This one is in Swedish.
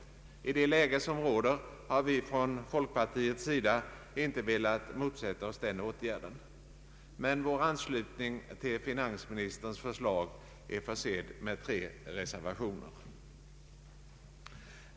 I det läge som råder har vi från folkpartiets sida inte velat motsätta oss den åtgärden, men vår anslutning till finansministerns förslag är försedd med tre reservationer.